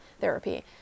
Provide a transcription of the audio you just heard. therapy